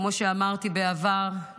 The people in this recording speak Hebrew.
כמו שאמרתי בעבר,